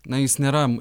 na jis nėra